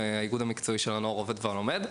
מהאיגוד המקצועי של ׳הנוער העובד והלומד׳.